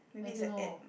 I don't know